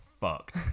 fucked